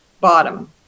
bottom